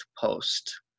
post